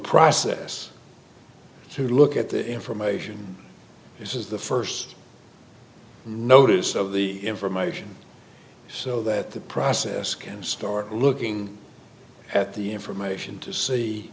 process to look at the information this is the first notice of the information so that the process can start looking at the information to see